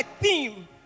theme